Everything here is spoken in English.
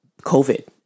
COVID